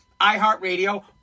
iHeartRadio